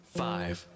five